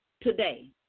today